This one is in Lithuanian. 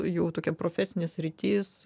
jau tokia profesinė sritis